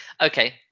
okay